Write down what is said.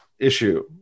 issue